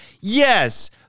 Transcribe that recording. Yes